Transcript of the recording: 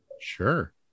Sure